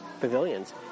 pavilions